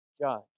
judge